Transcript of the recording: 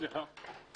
סליחה,